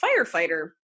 firefighter